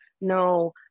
no